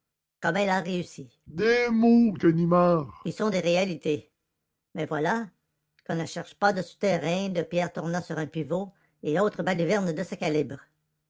comme elle a réussi des mots ganimard qui sont des réalités mais voilà qu'on ne cherche pas de souterrain de pierres tournant sur un pivot et autres balivernes de ce calibre